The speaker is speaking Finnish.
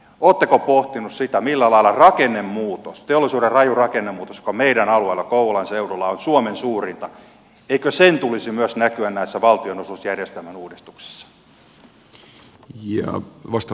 oletteko pohtineet sitä millä lailla rakennemuutoksen teollisuuden rajun rakennemuutoksen joka meidän alueellamme kouvolan seudulla on suomen suurinta tulisi myös näkyä näissä valtionosuusjärjestelmän uudistuksissa